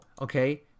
okay